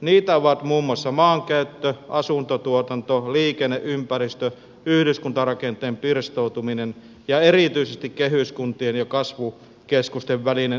niitä ovat muun muassa maankäyttö asuntotuotanto liikenne ympäristö yhdyskuntarakenteen pirstoutuminen ja erityisesti kehyskuntien ja kasvukeskusten välinen eriarvoistuminen